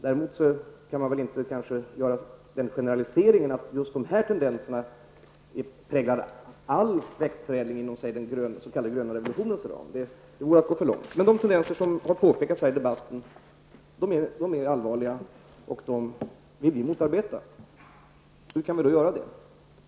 Däremot kan man inte göra den generaliseringen av just de här tendenserna att de präglar all växtförädling inom den s.k. gröna revolutionens ram. Det vore att gå för långt. De tendenser som har påpekats här i debatten är allvarliga och dem vill vi motarbeta. Hur kan vi göra det?